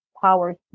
powers